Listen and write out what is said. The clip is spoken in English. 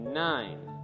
nine